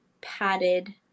padded